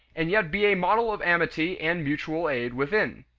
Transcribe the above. and yet be a model of amity and mutual aid within.